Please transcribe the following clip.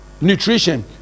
nutrition